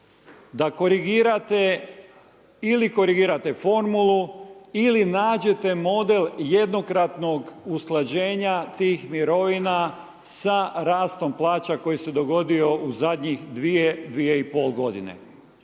da korigirate ili korigirate formulu ili nađete model jednokratnog usklađenja tih mirovina sa rastom plaća koji se dogodio u zadnjih 2, 2,5 godine.